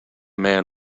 man